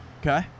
Okay